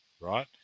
right